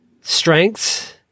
Strengths